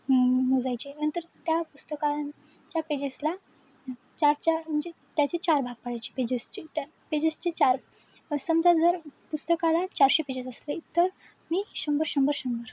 मोजायचे नंतर त्या पुस्तकांच्या पेजेसला चार चार म्हणजे त्याचे चार भाग पाडायचे पेजेसचे त्या पेजेसचे चार समजा जर पुस्तकाला चारशे पेजेस असले तर मी शंभर शंभर शंभर